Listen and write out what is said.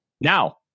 Now